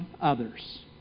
others